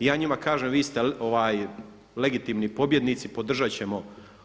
i ja njima kažem vi ste legitimni pobjednici, podržat ćemo